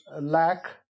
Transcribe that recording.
lack